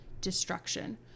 Destruction